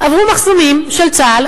עברו מחסומים של צה"ל,